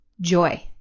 joy